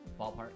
Ballpark